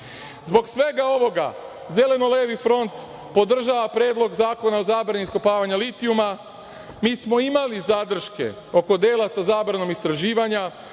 svega ovoga Zeleno-levi front podržava Predlog zakona o zabrani iskopavanja litijuma. Mi smo imali zadrške oko dela sa zabranom istraživanja,